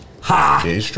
Ha